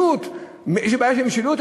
יש בעיה של משילות?